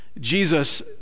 jesus